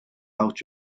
out